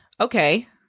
Okay